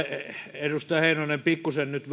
edustaja heinonen pikkuisen nyt